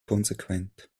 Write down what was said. konsequent